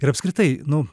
ir apskritai nu